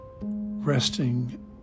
resting